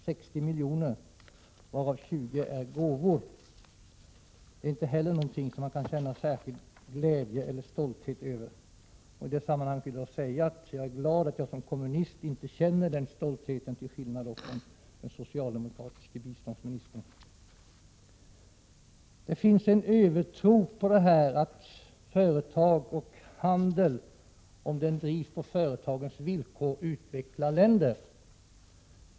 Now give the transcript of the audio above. Den omfattar 60 milj.kr., varav 20 miljoner är gåvor. Jag är glad att jag som kommunist inte känner den stoltheten, till skillnad från den socialdemokratiska biståndsministern. Det finns en övertro på att handel, om den drivs på företagens villkor, utvecklar länder.